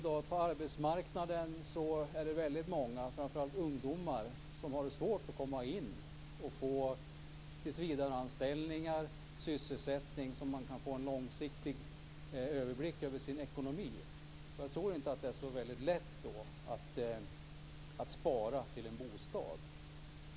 Det är väldigt många ungdomar som i dag har svårt att komma in på arbetsmarknaden för att få tillsvidareanställningar eller någon annan sysselsättning så att de kan få en långsiktig överblick över sin ekonomi. Då är det inte så lätt att spara till en bostad.